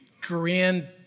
grand